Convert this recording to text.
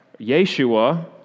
Yeshua